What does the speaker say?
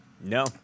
No